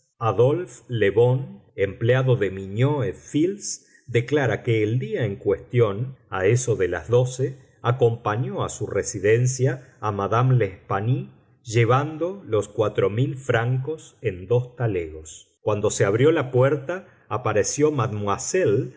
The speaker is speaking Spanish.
le bon empleado de mignaud et fils declara que el día en cuestión a eso de las doce acompañó a su residencia a madame l'espanaye llevando los cuatro mil francos en dos talegos cuando se abrió la puerta apareció